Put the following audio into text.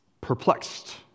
Perplexed